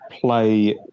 play